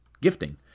Gifting